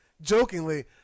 jokingly